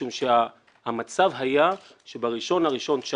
משום שהמצב היה שב-1 בינואר 2019